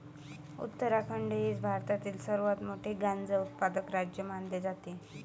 उत्तराखंड हे भारतातील सर्वात मोठे गांजा उत्पादक राज्य मानले जाते